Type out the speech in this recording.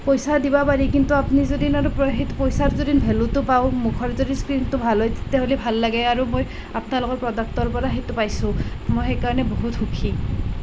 পইচা দিব পাৰি কিন্তু আপুনি যদি সেই পইচাৰ যদি ভেলুটো পাওঁ মুখৰ যদি স্কিনটো ভাল হয় তেতিয়াহ'লে ভাল লাগে আৰু মই আপোনালোকৰ প্ৰডাক্টৰ পৰা সেইটো পাইছোঁ মই সেইকাৰণে বহুত সুখী